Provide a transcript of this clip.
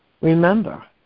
Remember